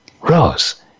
rose